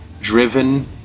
driven